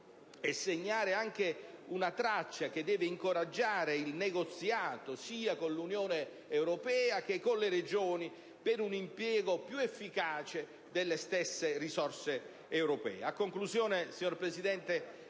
e segnare anche una traccia che deve incoraggiare il negoziato, sia con l'Unione europea che con le Regioni, per un impiego più efficace delle stesse risorse europee.